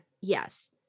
yes